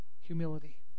Humility